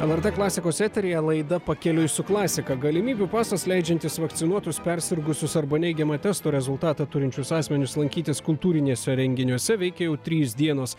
lrt klasikos eteryje laida pakeliui su klasika galimybių pasas leidžiantis vakcinuotus persirgusius arba neigiamą testo rezultatą turinčius asmenius lankytis kultūrinėse renginiuose veikia jau trys dienos